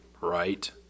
right